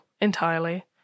entirely